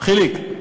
חיליק,